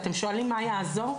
אתם שואלים מה יעזור?